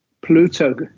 Pluto